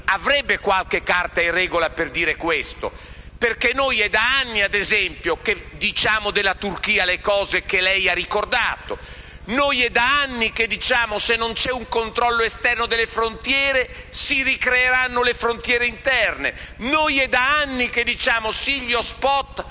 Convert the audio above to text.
prima, qualche carta in regola per dire questo. È da anni, infatti - ad esempio - che diciamo della Turchia le cose che lei ha ricordato. È da anni che diciamo che, se non c'è un controllo esterno delle frontiere, si ricreeranno le frontiere interne. Noi è da anni che diciamo sì agli